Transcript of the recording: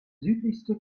südlichste